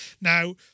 Now